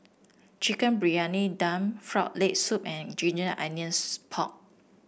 Chicken Briyani Dum Frog Leg Soup and Ginger Onions Pork